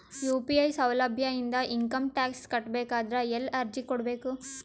UPI ಸೌಲಭ್ಯ ಇಂದ income tax ಕಟ್ಟಬೇಕಾದರ ಎಲ್ಲಿ ಅರ್ಜಿ ಕೊಡಬೇಕು?